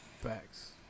Facts